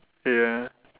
ya